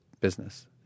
business